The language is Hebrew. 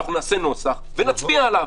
נעשה נוסח ונצביע עליו.